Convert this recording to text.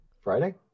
Friday